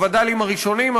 הווד"לים הראשונים,